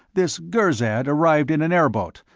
this girzad arrived in an airboat,